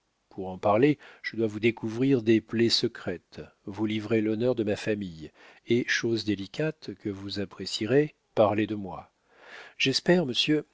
pour en parler je dois vous découvrir des plaies secrètes vous livrer l'honneur de ma famille et chose délicate que vous apprécierez parler de moi j'espère monsieur